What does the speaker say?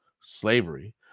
slavery